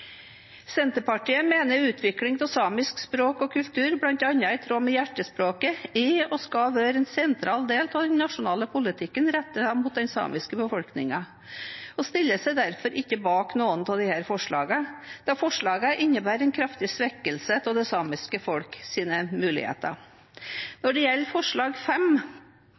Senterpartiet mener utvikling av samisk språk og kultur, bl.a. i tråd med Hjertespråket, er og skal være en sentral del av den nasjonale politikken rettet mot den samiske befolkningen, og stiller seg derfor ikke bak noen av disse forslagene, da forslagene innebærer en kraftig svekkelse av det samiske folks muligheter. Når det gjelder forslag